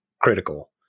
critical